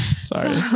Sorry